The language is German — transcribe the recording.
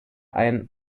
ein